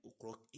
o'clock